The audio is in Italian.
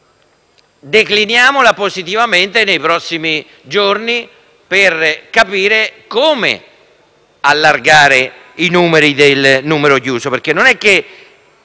seria; decliniamola positivamente nei prossimi giorni per capire come allargare il numero chiuso.